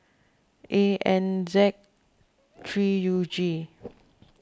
A N Z three U G